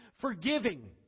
forgiving